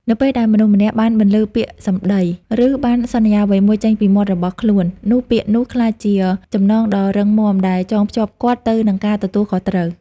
នៅពេលដែលមនុស្សម្នាក់បានបន្លឺពាក្យសម្ដី ឬបានសន្យាអ្វីមួយចេញពីមាត់របស់ខ្លួន នោះពាក្យនោះក្លាយជា ចំណងដ៏រឹងមាំ ដែលចងភ្ជាប់គាត់ទៅនឹងការទទួលខុសត្រូវ។